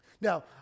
Now